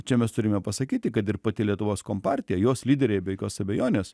čia mes turime pasakyti kad ir pati lietuvos kompartija jos lyderiai be jokios abejonės